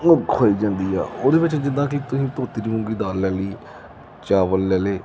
ਉਹ ਖਿਲਾਈ ਜਾਂਦੀ ਆ ਉਹਦੇ ਵਿੱਚ ਜਿੱਦਾਂ ਕਿ ਤੁਸੀਂ ਧੋਤੀ ਦੀ ਮੂੰਗੀ ਦਾਲ ਲੈ ਲਈ ਚਾਵਲ ਲੈ ਲਏ